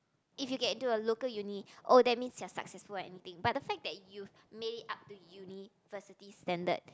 if you get into a local uni oh that means you are successful and anything but the fact that you made it up to university standard